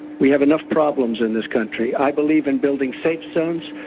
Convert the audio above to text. we have enough problems in this country. i believe in building safe zone, so